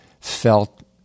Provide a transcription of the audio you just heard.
felt